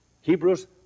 Hebrews